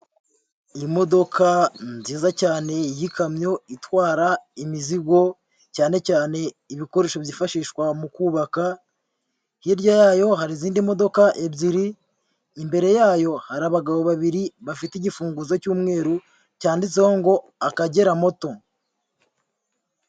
Imodoka nziza cyane y'ikamyo itwara imizigo, cyane cyane ibikoresho byifashishwa mu kubaka, hirya yayo hari izindi modoka ebyiri, imbere yayo hari abagabo babiri bafite igifunguzo cy'umweru cyanditseho ngo Akagera Motto.